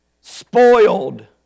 spoiled